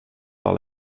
par